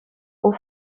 aux